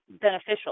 beneficial